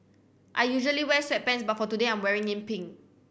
I usually wear sweatpants but for today I'm wearing in pink